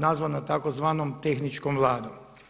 nazvana tzv. tehničkom vladom.